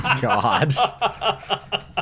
God